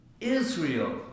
Israel